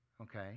okay